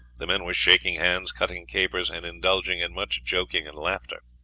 the men were shaking hands, cutting capers, and indulging in much joking and laughter.